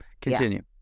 Continue